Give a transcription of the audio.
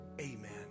Amen